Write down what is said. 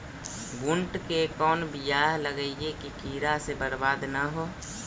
बुंट के कौन बियाह लगइयै कि कीड़ा से बरबाद न हो?